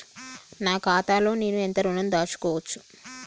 నా ఖాతాలో నేను ఎంత ఋణం దాచుకోవచ్చు?